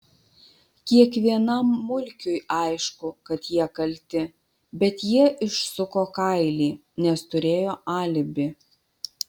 kiekvienam mulkiui aišku kad jie kalti bet jie išsuko kailį nes turėjo alibi